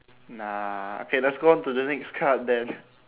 nah okay let's go on to the next card then